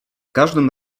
każdym